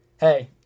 hey